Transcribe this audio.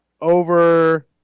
over